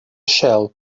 shell